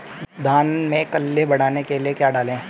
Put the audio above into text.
धान में कल्ले बढ़ाने के लिए क्या डालें?